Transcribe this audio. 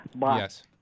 Yes